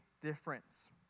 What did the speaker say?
difference